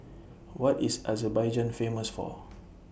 What IS Azerbaijan Famous For